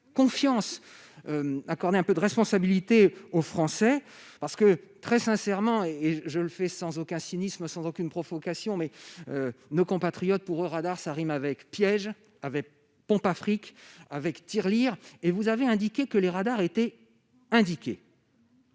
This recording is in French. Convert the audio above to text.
confiance accorder un peu de responsabilité aux Français parce que très sincèrement et je le fais sans aucun cynisme sans aucune provocation, mais nos compatriotes pour eux radar ça rime avec piège avait pompe à fric avec tirelire et vous avez indiqué que les radars été indiqué.